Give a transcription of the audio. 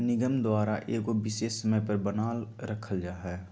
निगम द्वारा एगो विशेष समय पर बनाल रखल जा हइ